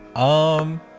umm,